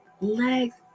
legs